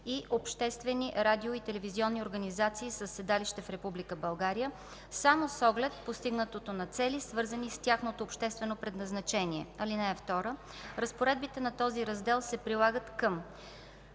и обществени радио- и телевизионни организации със седалище в Република България само с оглед постигането на цели, свързани с тяхното обществено предназначение. (2) Разпоредбите на този раздел се прилагат към: